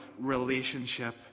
relationship